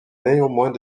néanmoins